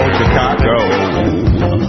Chicago